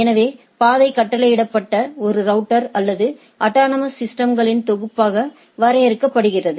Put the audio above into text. எனவே பாதை கட்டளையிடப்பட்ட ஒரு ரவுட்டர் அல்லது அட்டானமஸ் சிஸ்டம்களின் தொகுப்பாக வரையறுக்கப்படுகிறது